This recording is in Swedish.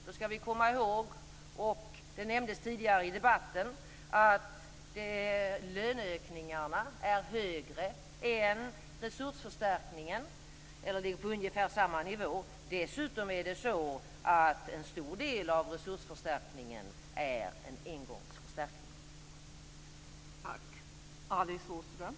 Då ska vi komma ihåg - det nämndes tidigare i debatten - att löneökningarna är högre än resursförstärkningen eller ligger på ungefär samma nivå. Dessutom är en stor del av resursförstärkningen en engångsförstärkning.